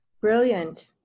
Brilliant